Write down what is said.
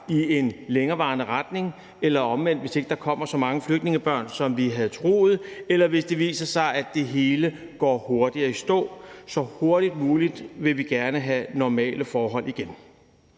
i en længerevarende retning, hvis der ikke kommer så mange flygtningebørn, som vi havde troet, eller hvis det viser sig, at det hele går hurtigere i stå. Vi vil gerne så hurtigt som muligt have normale forhold igen.